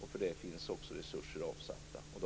och resurser är avsatta.